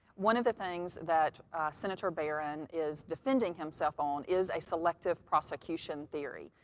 one of the things that senator barron is defending himself on is a selective prosecution theory.